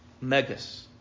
megas